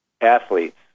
athletes